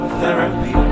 therapy